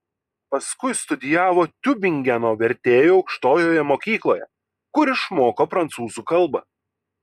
paskui studijavo tiubingeno vertėjų aukštojoje mokykloje kur išmoko prancūzų kalbą